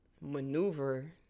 maneuver